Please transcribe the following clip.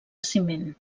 ciment